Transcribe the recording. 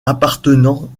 appartenant